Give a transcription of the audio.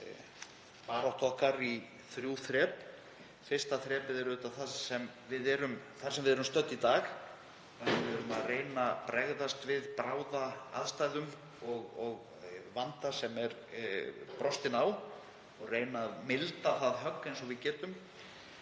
við bráðaaðstæðum og vanda sem er brostinn á og reyna að milda það högg eins og við getum.